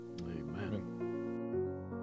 amen